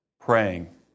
Praying